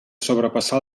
sobrepassar